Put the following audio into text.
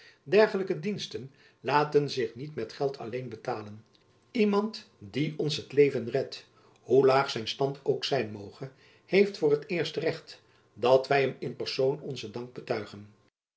dergelijke diensten laten zich niet met geld alleen betalen iemand die ons het leven redt hoe laag zijn stand ook zijn moge heeft voor t minst recht dat wy hem in persoon onzen dank betuigen